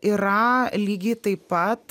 yra lygiai taip pat